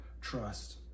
trust